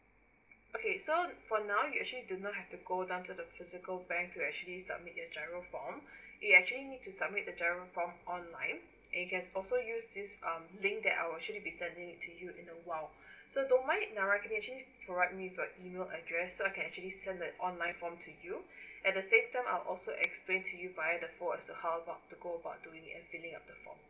okay so for now you actually do not have to go down to the physical bank to actually submit your giro form it actually need to submit the giro form online it can also use this um link that I will actually be sending it to you in a while so don't mind nara can you actually provide me with your email address so that I can actually send that online form to you at the same time I'll also explain to you via the call as uh how about to go about doing it and filling up the form